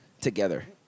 together